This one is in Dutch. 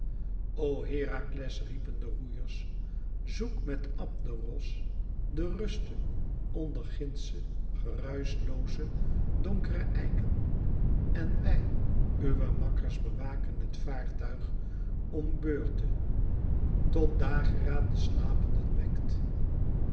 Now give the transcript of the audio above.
o herakles riepen de roeiers zoek met abderos de ruste onder gindsche geruischlooze donkere eiken en wij uwe makkers bewaken het vaartuig om beurte tot dageraad de slapenden wekt